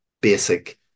basic